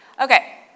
Okay